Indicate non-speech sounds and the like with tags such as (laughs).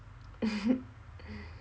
(laughs)